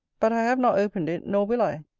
but i have not opened it nor will i,